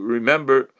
remember